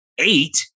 eight